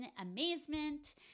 amazement